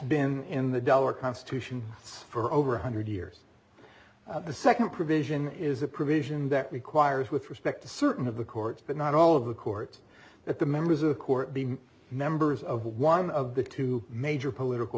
been in the dollar constitution for over one hundred years the second provision is a provision that requires with respect to certain of the courts but not all of the courts that the members of the court be members of one of the two major political